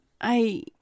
I